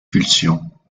pulsions